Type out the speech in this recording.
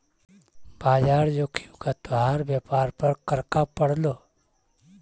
बाजार जोखिम का तोहार व्यापार पर क्रका पड़लो